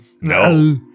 No